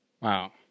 Wow